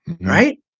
right